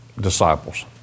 disciples